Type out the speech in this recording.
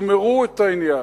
תגמרו את העניין.